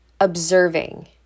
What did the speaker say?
observing